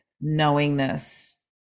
knowingness